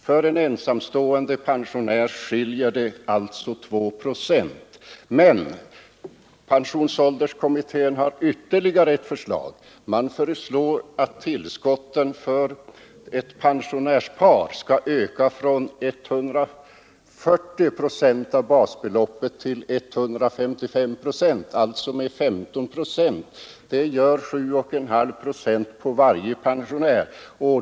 För en ensamstående pensionär skiljer det alltså 2 procent. Men pensionsålderskommittén har ytterligare ett förslag. Man föreslår att tillskotten för ett pensionärspar skall öka från 140 procent av basbeloppet till 155 procent, alltså med 15 procent. Det gör 7,5 procent på varje pensionär.